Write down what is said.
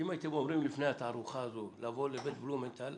אם הייתם אומרים לפני התערוכה הזו לבוא לבית בלומנטל,